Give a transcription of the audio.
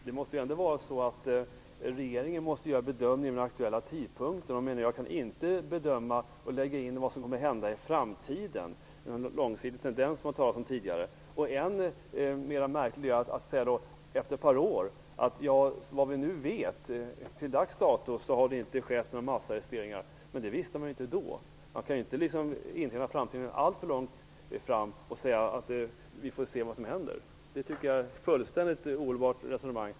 Fru talman! Regeringen måste göra en bedömning vid den aktuella tidpunkten. Man kan inte lägga in vad som kommer att hända i framtiden. Det har tidigare talats om långsiktiga tendenser. Än mer märkligt är att efter ett par år säga att det, vad vi nu vet, till dags dato inte har skett några nya massarresteringar. Det visste man ju inte då. Man kan inte se alltför långt framåt och säga att man får se vad som händer. Det är ett fullständigt ohållbart resonemang.